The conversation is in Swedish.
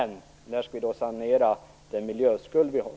När skall vi sanera den miljöskuld som vi har?